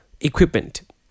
equipment